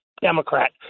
Democrat